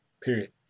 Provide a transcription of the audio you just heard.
period